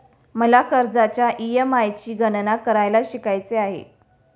मला कर्जाच्या ई.एम.आय ची गणना करायला शिकायचे आहे